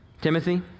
Timothy